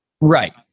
Right